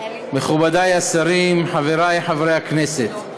מכובדי השרים, חברי חברי הכנסת,